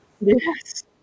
Yes